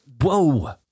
Whoa